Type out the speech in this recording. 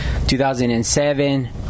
2007